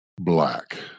Black